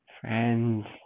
friends